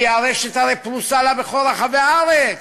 כי הרשת הרי פרוסה לה בכל רחבי הארץ,